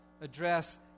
address